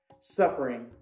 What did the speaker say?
suffering